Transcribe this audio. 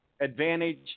advantage